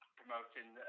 promoting